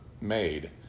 made